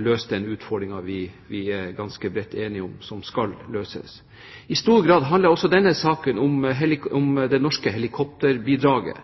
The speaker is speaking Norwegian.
løse den utfordringen vi er ganske bredt enige om skal løses. I stor grad handler også denne saken om det norske helikopterbidraget,